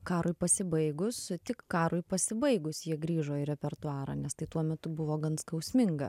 karui pasibaigus tik karui pasibaigus jie grįžo į repertuarą nes tai tuo metu buvo gan skausminga